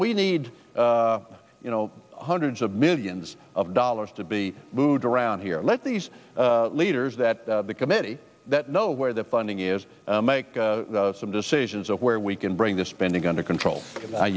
we need you know hundreds of millions of dollars to be moved around here let these leaders that the committee that know where the funding is make some decisions of where we can bring the spending under control